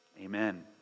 Amen